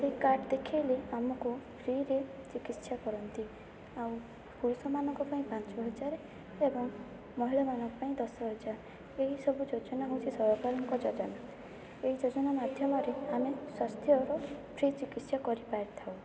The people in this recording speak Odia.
ସେଇ କାର୍ଡ଼୍ ଦେଖାଇଲେ ଆମକୁ ଫ୍ରିରେ ଚିକିତ୍ସା କରାନ୍ତି ଆଉ ପୁରୁଷମାନଙ୍କ ପାଇଁ ପାଞ୍ଚ ହଜାରେ ଏବଂ ମହିଳାମାନଙ୍କ ପାଇଁ ଦଶ ହଜାର ଏହି ସବୁ ଯୋଜନା ହେଉଛି ସରକାରଙ୍କ ଯୋଜନା ଏଇ ଯୋଜନା ମାଧ୍ୟମରେ ଆମେ ସ୍ୱାସ୍ଥର ଫ୍ରି ଚିକିତ୍ସା କରି ପାରିଥାଉ